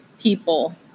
people